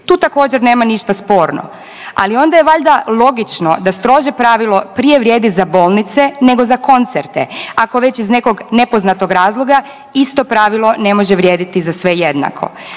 Tu također nema ništa sporno, ali onda je valjda logično da strože pravilo prije vrijedi za bolnice nego za koncerte ako već iz nekog nepoznatog razloga isto pravilo ne može vrijediti za sve jednako.